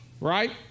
right